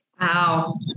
Wow